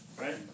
Right